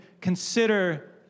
consider